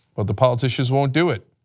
but the politicians won't do it.